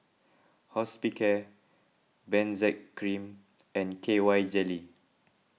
Hospicare Benzac Cream and K Y Jelly